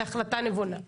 זה החלטה נבונה.